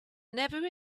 never